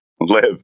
live